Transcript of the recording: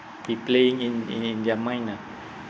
be playing in in in their mind lah